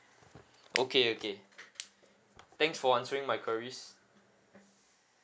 okay okay thanks for answering my queries